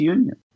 Union